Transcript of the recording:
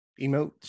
emotes